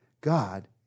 God